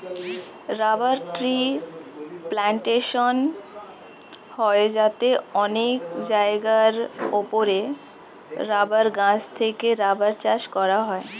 rubber tree plantation হয় যাতে অনেক জায়গার উপরে রাবার গাছ থেকে রাবার চাষ করা হয়